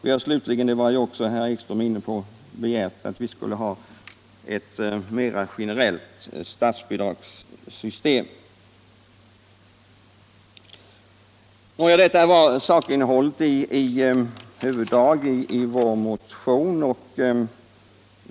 Vi har slutligen också begärt — herr Ekström var inne på detta — ett mer generellt statsbidragssystem. Detta är i huvuddrag sakinnehållet i vår motion.